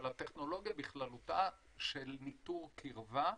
אבל אני מדבר על הטכנולוגיה בכללותה של ניטור קירבה.